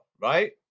right